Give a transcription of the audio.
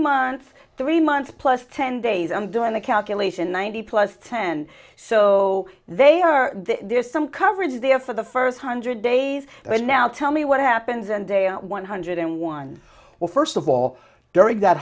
month three month plus ten days i'm doing the calculation ninety plus ten so they are there's some coverage there for the first hundred days but now tell me what happens in day out one hundred one or first of all during that